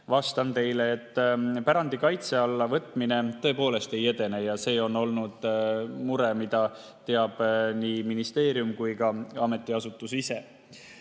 Vastan teile, et pärandi kaitse alla võtmine tõepoolest ei edene ja see on olnud mure, mida teab nii ministeerium kui ka ametiasutus ise.